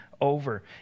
over